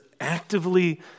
actively